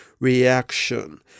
reaction